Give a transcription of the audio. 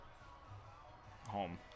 Home